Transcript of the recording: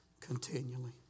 continually